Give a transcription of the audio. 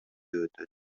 өтөт